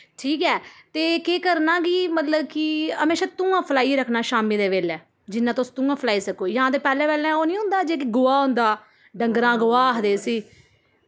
ठीक ऐ ते केह् करना की मतलब की म्हेशा धुआं फैलाइयै रक्खना शामी दे बैल्ले जिन्ना तुस धुआं फैलाई सको जां ते पैह्ले पैह्ले ओह् नि गोवा होंदा डंगरे गोवा आखदे जिसी